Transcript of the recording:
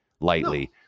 lightly